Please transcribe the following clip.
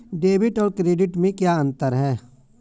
Debit और credit में क्या अंतर है?